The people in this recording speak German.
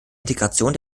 integration